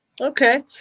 Okay